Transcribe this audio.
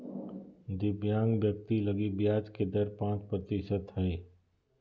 दिव्यांग व्यक्ति लगी ब्याज के दर पांच प्रतिशत हइ